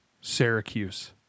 Syracuse